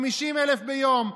50,000 ביום,